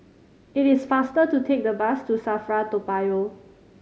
it is faster to take the bus to SAFRA Toa Payoh